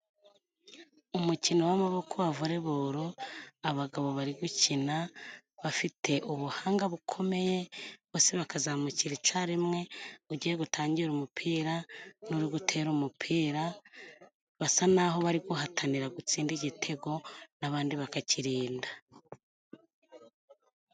Umukino w'amaboko wa vole balo abagabo bari gukina bafite ubuhanga bukomeye bose bakazamukira icya rimwe ugiye gutangira umupira nuri gutera umupira basa naho bari guhatanira gutsinda igitego n'abandi bakakirinda.